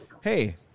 hey